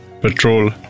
patrol